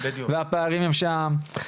והפערים שם.